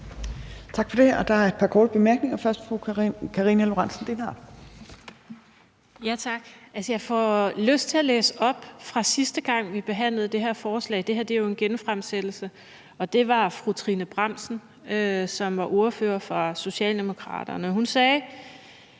er det fra fru Karina Lorentzen Dehnhardt. Kl. 16:36 Karina Lorentzen Dehnhardt (SF): Tak. Jeg får lyst til at læse op fra sidste gang, vi behandlede det her forslag. Det her er jo en genfremsættelse. Det var fru Trine Bramsen, som var ordfører for Socialdemokraterne. Hun sagde: